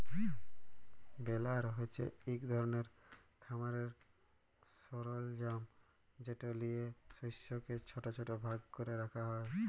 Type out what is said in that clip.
বেলার হছে ইক ধরলের খামারের সরলজাম যেট লিঁয়ে শস্যকে ছট ছট ভাগ ক্যরে রাখা হ্যয়